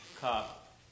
cup